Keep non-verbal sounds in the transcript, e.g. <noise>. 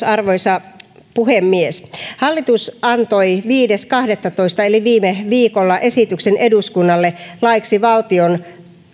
<unintelligible> arvoisa puhemies hallitus antoi viides kahdettatoista eli viime viikolla esityksen eduskunnalle laiksi valtion